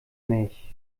nicht